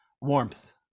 Warmth